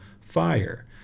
fire